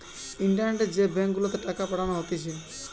ইন্টারনেটে যে ব্যাঙ্ক গুলাতে টাকা পাঠানো হতিছে